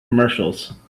commercials